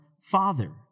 Father